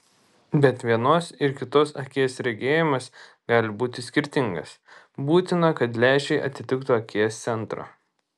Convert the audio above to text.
bet vienos ir kitos akies regėjimas gali būti skirtingas būtina kad lęšiai atitiktų akies centrą